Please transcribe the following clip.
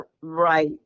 Right